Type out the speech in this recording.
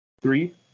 Three